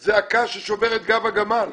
זה הקש ששובר את גב הגמל,